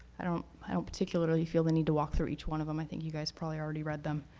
i don't i don't particularly feel the need to walk through each one of them. i think you guys probably already read them.